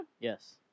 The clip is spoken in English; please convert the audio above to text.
Yes